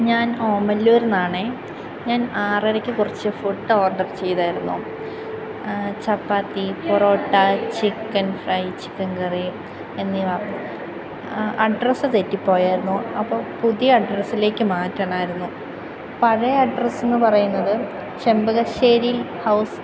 ഞാൻ ഓമല്ലൂരിൽ നിന്നാണേ ഞാൻ ആറരയ്ക്ക് കുറച്ച് ഫുഡ് ഓർഡർ ചെയ്തായിരുന്നു chapati parotta chicken fry chicken curry എന്നിവ അഡ്രസ്സ് തെറ്റി പോയായിരുന്നു അപ്പോൾ പുതിയ അഡ്രസ്സിലേക്ക് മാറ്റണമായിരുന്നു പഴയ അഡ്രസ്സ് എന്ന് പറയുന്നത് ചെമ്പകശ്ശേരി ഹൗസ്